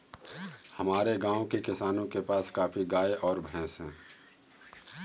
हमारे गाँव के किसानों के पास काफी गायें और भैंस है